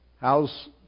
How's